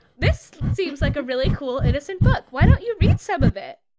this seems like a really cool innocent book. why don't you read some of it?